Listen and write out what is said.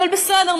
אבל בסדר,